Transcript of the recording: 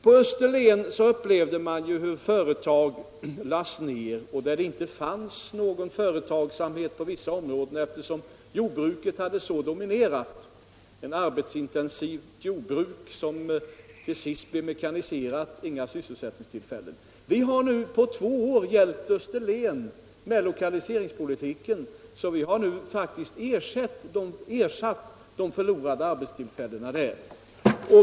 : På Österlen upplevde man hur företag lades ner och att det inte fanns någon företagsamhet alls på vissa områden därför att jordbruket helt dominerade — ett arbetsintensivt jordbruk som till sist blev mekaniserat och inte längre gav några arbetstillfällen. Vi har emellertid på två år hjälpt Österlen med lokaliseringspolitiken och nu faktiskt ersatt de förlorade arbetstillfällena där.